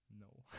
No